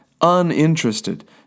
uninterested